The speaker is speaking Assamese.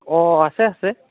অঁ আছে আছে